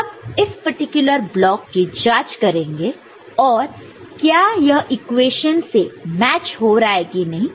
तो हम इस पर्टिकुलर ब्लॉक की जांच करेंगे की क्या यह इक्वेशन से मैच हो रहा है कि नहीं